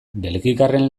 belgikarren